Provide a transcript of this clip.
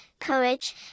courage